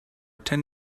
ten